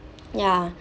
ya